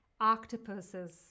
octopuses